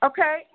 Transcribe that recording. Okay